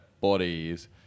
bodies